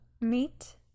Meet